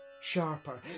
sharper